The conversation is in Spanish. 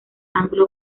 anglo